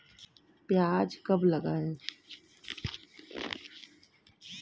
प्याज कब लगाएँ?